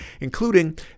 including